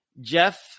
Jeff